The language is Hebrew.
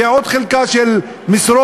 זו עוד חלקה של משרות,